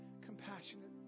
compassionate